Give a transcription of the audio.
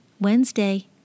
Wednesday